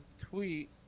tweet